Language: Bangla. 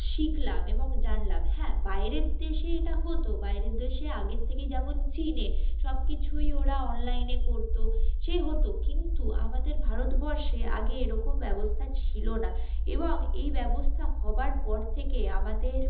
শিখলাম এবং জানলাম হ্যাঁ বাইরের দেশে এটা হতো বাইরের দেশে আগের থেকেই যেমন চীনে সব কিছুই ওরা অনলাইনে করতো সে হতো কিন্তু আমাদের ভারতবর্ষে আগে এরকম ব্যবস্থা ছিলো না এবং এই ব্যবস্থা হবার পর থেকে আমাদের